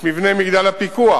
את מבנה מגדל הפיקוח,